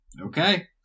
Okay